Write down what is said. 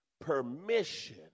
permission